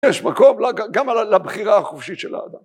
יש מקום גם לבחירה החופשית של האדם.